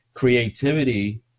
Creativity